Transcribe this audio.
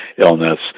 illness